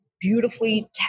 beautifully